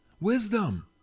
Wisdom